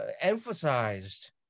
emphasized